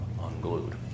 unglued